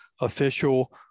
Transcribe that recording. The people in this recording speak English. official